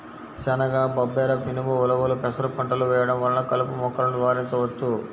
శనగ, బబ్బెర, మినుము, ఉలవలు, పెసర పంటలు వేయడం వలన కలుపు మొక్కలను నివారించవచ్చు